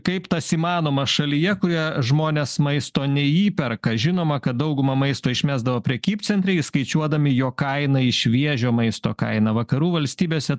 kaip tas įmanoma šalyje kurią žmonės maisto neįperka žinoma kad dauguma maisto išmesdavo prekybcentriai įskaičiuodami jo kainą į šviežio maisto kainą vakarų valstybėse